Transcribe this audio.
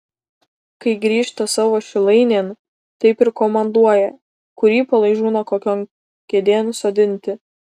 kai grįžta savo šilainėn taip ir komanduoja kurį palaižūną kokion kėdėn sodinti